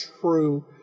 true